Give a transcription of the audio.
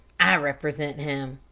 i represent him,